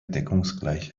deckungsgleiche